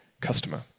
customer